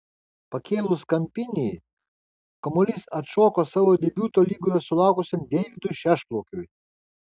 pakėlus kampinį kamuolys atšoko savo debiuto lygoje sulaukusiam deividui šešplaukiui